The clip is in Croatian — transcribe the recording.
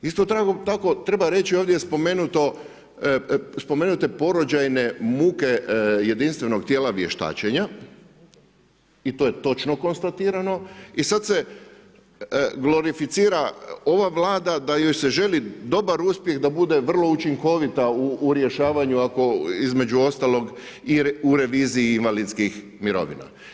Isto tako treba reći, ovdje je spomenute porođajne muke jedinstvenog tijela vještačenja i to je točno konstatirano i sad se glorificira ova Vlada da joj se želi dobar uspjeh da bude vrlo učinkovita u rješavanju, između ostalog u reviziji invalidskih mirovina.